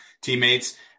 teammates